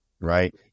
right